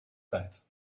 tijd